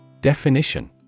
Definition